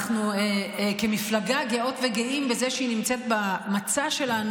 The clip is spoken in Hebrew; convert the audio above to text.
אנחנו כמפלגה גאות וגאים בזה שהיא נמצאת במצע שלנו,